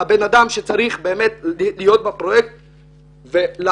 הבן אדם שצריך להיות בפרויקט ולאכוף.